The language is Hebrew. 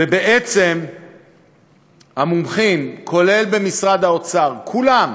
ובעצם המומחים, כולל במשרד האוצר, כולם,